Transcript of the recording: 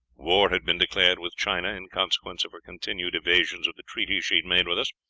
war had been declared with china in consequence of her continued evasions of the treaty she had made with us,